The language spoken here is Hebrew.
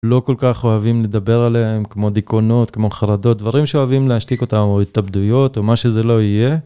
לא כל כך אוהבים לדבר עליהם כמו דיכאונות, כמו חרדות, דברים שאוהבים להשתיק אותם, או התאבדויות, או מה שזה לא יהיה.